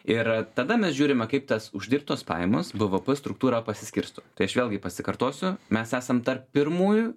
ir tada mes žiūrime kaip tas uždirbtos pajamos bvp struktūrą pasiskirsto tai aš vėlgi pasikartosiu mes esam tarp pirmųjų